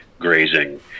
grazing